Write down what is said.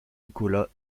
nicolas